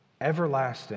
everlasting